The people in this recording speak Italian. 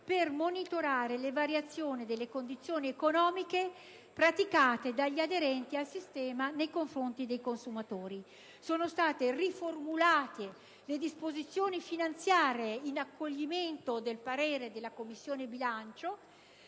per monitorare le variazioni delle condizioni economiche praticate dagli aderenti al sistema nei confronti dei consumatori. Sono state riformulate le disposizioni finanziarie in accoglimento del parere della Commissione bilancio,